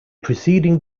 preceding